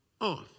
off